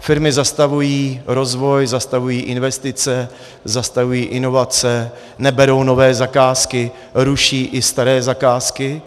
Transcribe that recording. Firmy zastavují rozvoj, zastavují investice, zastavují inovace, neberou nové zakázky, ruší i staré zakázky.